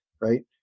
right